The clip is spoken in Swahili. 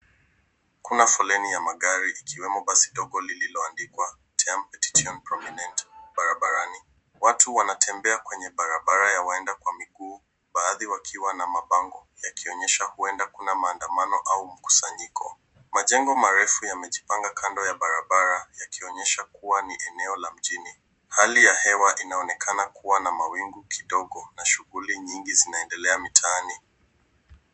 Kuna foleni ya magari, ikiwemo basi ndogo lililoandikwa Tm ttm prominent barabarani. Watu wanatembea kwenye barabara ya waenda kwa miguu. Baadhi wakiwa na mabangu, ya kuonyesha kuenda kuna mandamano au mkusanyiko. Majengo marefu yamejipanga kando ya barabara, yakionyesha kuwa ni eneo mjini. Hali ya hewa inaonekana kuwa na mawingu kidogo na shughuli nyingi zinaendelea mitaani.